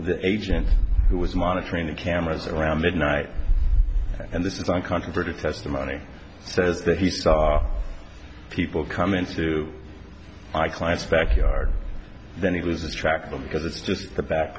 the agent who was monitoring the cameras around midnight and this is uncontroverted testimony says that he saw people come into my client's backyard then he loses track of them because it's just the back